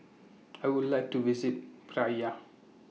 I Would like to visit Praia